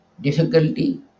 difficulty